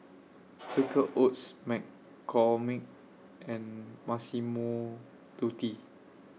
Quaker Oats McCormick and Massimo Dutti